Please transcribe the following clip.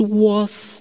worth